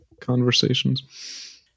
conversations